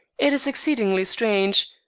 it is exceedingly strange.